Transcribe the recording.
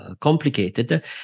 complicated